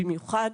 במיוחד